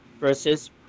versus